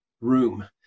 room